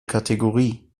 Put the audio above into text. kategorie